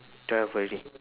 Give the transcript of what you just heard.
twelve already